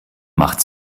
macht